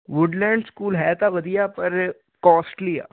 Goodland school ਹੈ ਤਾਂ ਵਧੀਆ ਪਰ ਕਾਸਟਲੀ ਆ